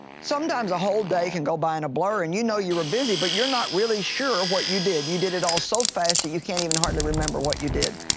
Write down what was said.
sometimes a whole day can go by in a blur and you know you were busy but you're not really sure what you did, you did it all so fast that you can't even hardly remember what you did,